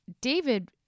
David